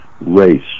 race